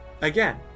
again